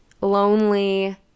lonely